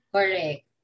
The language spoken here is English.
Correct